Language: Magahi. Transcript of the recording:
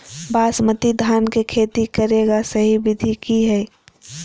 बासमती धान के खेती करेगा सही विधि की हय?